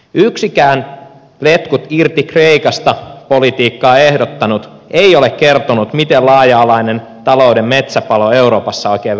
yksikään letkut irti kreikasta politiikkaa ehdottanut ei ole kertonut miten laaja alainen talouden metsäpalo euroopassa oikein vältettäisiin